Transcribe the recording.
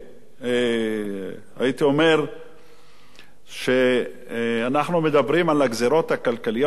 הייתי אומר שאנחנו מדברים על הגזירות הכלכליות האלה.